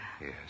Yes